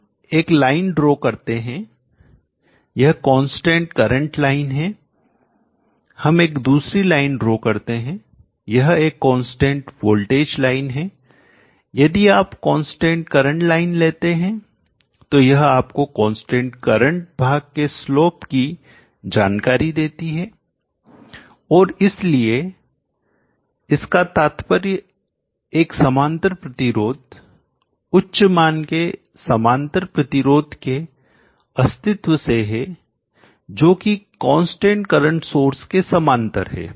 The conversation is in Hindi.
हम एक लाइन ड्रॉ करते हैं यह कांस्टेंट करंट लाइन है हम एक दूसरी लाइन ड्रॉ करते हैं यह एक कांस्टेंट वोल्टेज लाइन है यदि आप कांस्टेंट करंट लाइन लेते हैं तो यह आपको कांस्टेंट करंट भाग के स्लोप ढाल की जानकारी देती है और इसलिए इसका तात्पर्य एक समांतर प्रतिरोध उच्च मान के समांतर प्रतिरोध के अस्तित्व से है जो कि कांस्टेंट करंट सोर्स के समांतर है